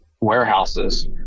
warehouses